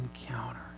encounter